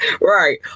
Right